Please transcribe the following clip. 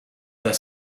their